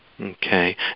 Okay